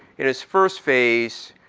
in his first phase,